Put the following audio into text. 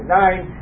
nine